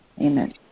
Amen